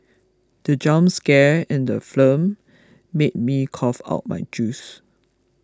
the jump scare in the made me cough out my juice